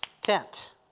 tent